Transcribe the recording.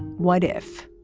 what if